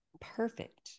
perfect